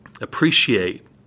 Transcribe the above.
appreciate